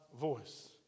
voice